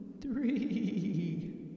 three